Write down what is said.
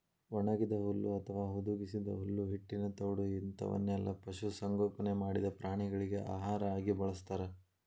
ಒಣಗಿದ ಹುಲ್ಲು ಅತ್ವಾ ಹುದುಗಿಸಿದ ಹುಲ್ಲು ಹಿಟ್ಟಿನ ತೌಡು ಇಂತವನ್ನೆಲ್ಲ ಪಶು ಸಂಗೋಪನೆ ಮಾಡಿದ ಪ್ರಾಣಿಗಳಿಗೆ ಆಹಾರ ಆಗಿ ಬಳಸ್ತಾರ